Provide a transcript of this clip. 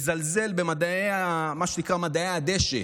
מזלזל במה שנקרא מדעי הדשא,